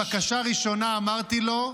בקשה ראשונה, אמרתי לו: